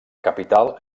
capital